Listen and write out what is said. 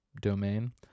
domain